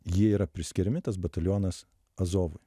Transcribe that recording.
jie yra priskiriami tas batalionas azovui